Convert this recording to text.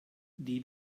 die